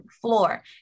floor